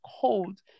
cold